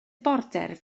border